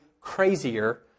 crazier